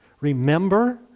Remember